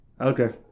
Okay